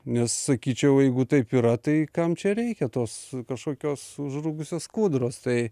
nes sakyčiau jeigu taip yra tai kam čia reikia tos kažkokios užrūgusios kūdros tai